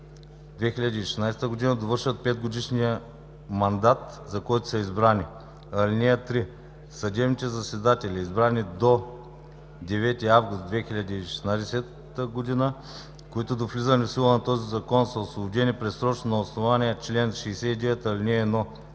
2016 г., довършват 5-годишния мандат, за който са избрани. (3) Съдебните заседатели, избрани до 9 август 2016 г., които до влизането в сила на този закон са освободени предсрочно на основание чл. 69, ал. 1